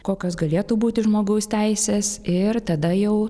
kokios galėtų būti žmogaus teisės ir tada jau